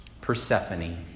Persephone